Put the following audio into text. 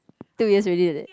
two years already is it